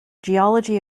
geology